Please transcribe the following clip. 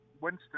Winston